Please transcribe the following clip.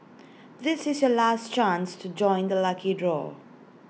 this is your last chance to join the lucky draw